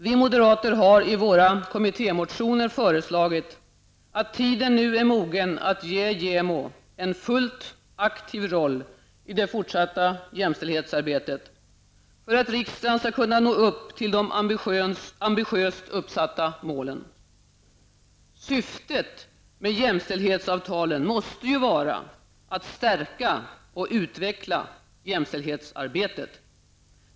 Vi moderater har i våra kommittémotioner föreslagit att tiden är mogen att ge JämOs en fullt aktiv roll i det fortsatta jämställdhetsarbetet i syfte att göra det möjligt för riksdagen att nå upp till de ambitiöst uppsatta målen. Syftet med jämställdhetsavtalen måste ju vara att stärka och utveckla jämställdhetsarbetet.